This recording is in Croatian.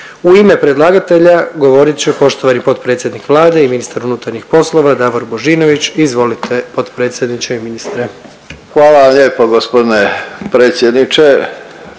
U ime predlagatelja govorit će poštovani potpredsjednik Vlade i ministar unutarnjih poslova Davor Božinović, izvolite potpredsjedniče i ministre. **Božinović,